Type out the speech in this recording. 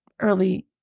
early